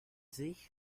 sich